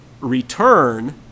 return